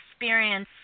experience